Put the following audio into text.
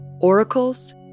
oracles